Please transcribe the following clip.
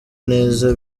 neza